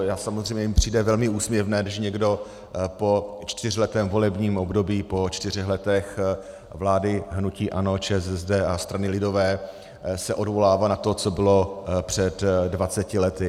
Mně samozřejmě přijde velmi úsměvné, když někdo po čtyřletém volebním období, po čtyřech letech vlády hnutí ANO, ČSSD a strany lidové, se odvolává na to, co bylo před dvaceti lety.